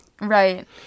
Right